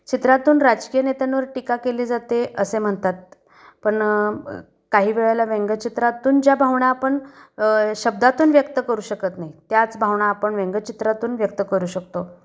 चित्रातून राजकीय नेत्यांवर टीका केली जाते असे म्हणतात पण काही वेळेला व्यंगचित्रातून ज्या भावना आपण शब्दातून व्यक्त करू शकत नाही त्याच भावना आपण व्यंगचित्रातून व्यक्त करू शकतो